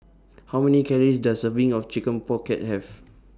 How Many Calories Does A Serving of Chicken Pocket Have